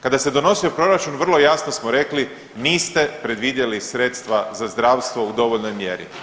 Kada se donosio proračun vrlo jasno smo rekli, niste predvidjeli sredstva za zdravstvo u dovoljnoj mjeri.